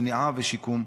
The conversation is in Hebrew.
מניעה ושיקום.